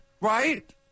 Right